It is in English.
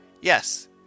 Yes